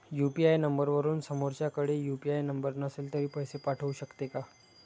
UPI नंबरवरून समोरच्याकडे UPI number नसेल तरी पैसे पाठवू शकते का?